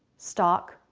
stock,